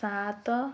ସାତ